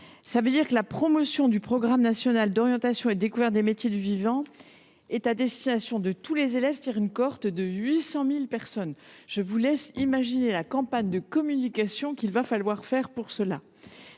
que vous proposez, la promotion du programme national d’orientation et de découverte des métiers du vivant serait à destination de tous les élèves, autrement dit une cohorte de 800 000 personnes. Je vous laisse imaginer la campagne de communication qu’il faudrait lancer